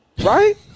right